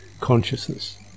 consciousness